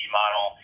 model